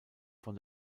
von